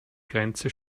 grenze